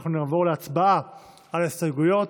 אנחנו נעבור להצבעה על ההסתייגויות.